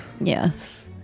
Yes